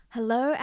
Hello